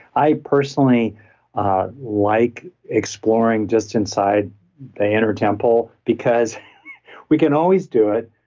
i personally like exploring just inside the inner temple because we can always do it.